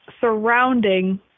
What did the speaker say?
surrounding